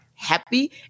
Happy